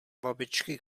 babičky